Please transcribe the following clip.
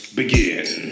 begin